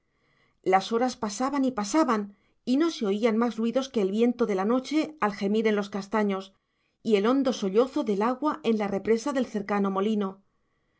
las horas pasaban y pasaban y no se oían más ruidos que el viento de la noche al gemir en los castaños y el hondo sollozo del agua en la represa del cercano molino